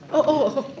oh,